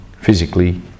physically